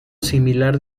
similar